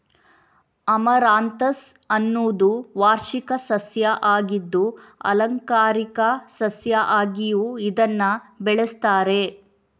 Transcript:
amaranthus ಅನ್ನುದು ವಾರ್ಷಿಕ ಸಸ್ಯ ಆಗಿದ್ದು ಆಲಂಕಾರಿಕ ಸಸ್ಯ ಆಗಿಯೂ ಇದನ್ನ ಬೆಳೆಸ್ತಾರೆ